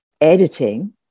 editing